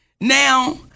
Now